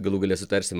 galų gale sutarsim